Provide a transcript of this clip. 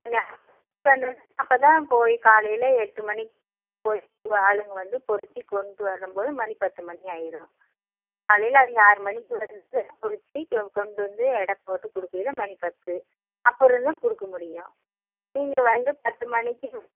வந்ததுக்கு அப்புறம்தா போய் காலையில் எட்டு மணிக்கு போய் ஆளுங்க வந்து பொருக்கி கொண்டு வரும் போது மணி பத்து மணி ஆகிரும் காலையில் அதுங்க ஆறு மணிக்கு வந்து பொருக்கி கொண்டு வந்து எடை போட்டு கொடுக்கைல மணி பத்து அப்பறந்தான் கொடுக்க முடியும் நீங்கள் வந்து பத்து மணிக்கு